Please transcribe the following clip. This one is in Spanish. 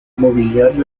mobiliario